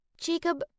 Jacob